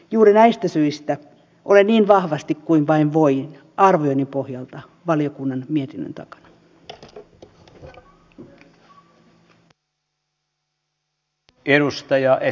juuri näistä syistä oli niin vahvasti kuin vain olen arvioinnin pohjalta valiokunnan mietinnön takana niin vahvasti kuin vain voin